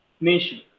nation